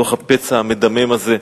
בתוך הפצע המדמם הזה,